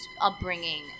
upbringing